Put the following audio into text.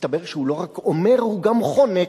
והסתבר שהוא לא רק אומר, הוא גם חונק.